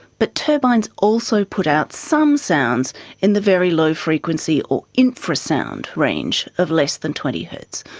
but turbines also put out some sounds in the very low-frequency or infra-sound range of less than twenty hertz.